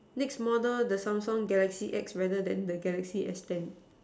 next model the Samsung Galaxy X rather than the Galaxy S ten